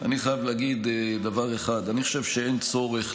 אני חייב להגיד דבר אחד: אני חושב שאין צורך,